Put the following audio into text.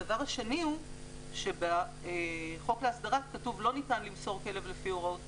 הדבר השני הוא שבחוק ההסדרה כתוב שלא ניתן למסור כלב לפי הוראות